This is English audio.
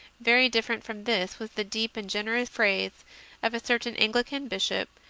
very different from this was the deep and generous phrase of a certain anglican bishop,